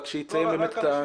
רק שהיא תסיים את הסקירה.